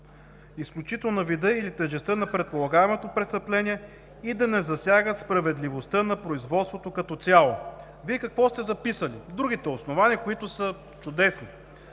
не само – на вида или тежестта на предполагаемото престъпление и да не засягат справедливостта на производството като цяло“. Вие какво сте записали? Другите основания, които са чудесни: